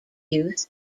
youth